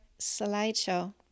slideshow